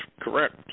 correct